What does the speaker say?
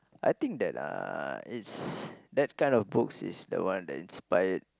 I think that uh it's that kind of books is the one that inspired